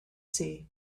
see